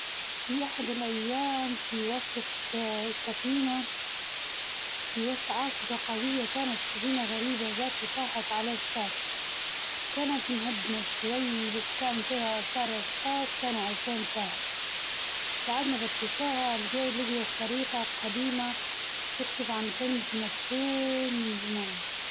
في أحد الأيام في وسط سفينة في وسط عاصفة قوية كانت سفينة غريبة جات وطاحت على الشاطئ، كانت مهدمة شوي بس كان بيها آثار أشخاص كانوا عايشين فيها، بعد ما فتشوها بقي- لقيوا خريطة قديمة تكشف عن كنز مدفون من زمان.